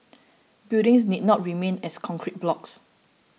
buildings need not remain as concrete blocks